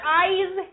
eyes